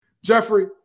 Jeffrey